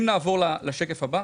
נעבור לשקף הבא.